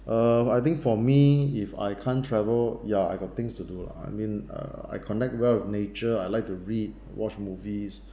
uh I think for me if I can't travel ya I got things to do lah I mean err I connect well with nature I like to read watch movies